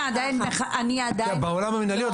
אנחנו עדיין לא בעולם המינהלי.